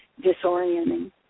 disorienting